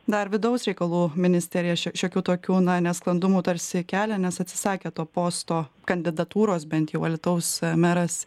dar vidaus reikalų ministerija š šiokių tokių nesklandumų tarsi kelia nes atsisakė to posto kandidatūros bent jau alytaus meras